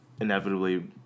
inevitably